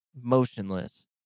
motionless